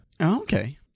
okay